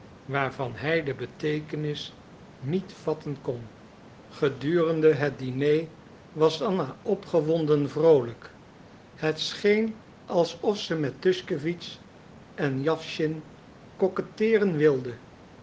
waarvan hij de beteekenis niet vatten kon gedurende het diner was anna opgewonden vroolijk het scheen alsof ze met tuschkewitsch en jawschin coquetteeren wilde